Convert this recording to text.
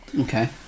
Okay